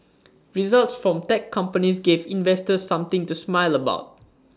results from tech companies gave investors something to smile about